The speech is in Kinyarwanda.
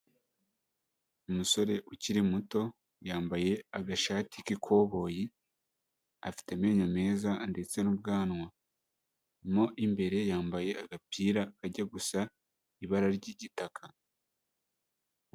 Umusore ukiri muto yambaye agashati k'ikoboyi, afite amenyo meza ndetse n'ubwanwa, mo imbere yambaye agapira kajya gusa ibara ry'igitaka.